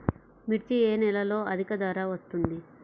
మిర్చి ఏ నెలలో అధిక ధర వస్తుంది?